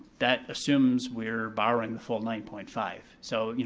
that assumes we're borrowing the full nine point five so, you